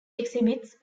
exhibits